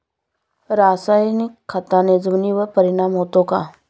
रासायनिक खताने जमिनीवर परिणाम होतो का?